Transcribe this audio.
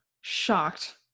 shocked